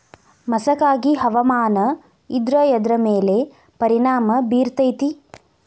ಮಸಕಾಗಿ ಹವಾಮಾನ ಇದ್ರ ಎದ್ರ ಮೇಲೆ ಪರಿಣಾಮ ಬಿರತೇತಿ?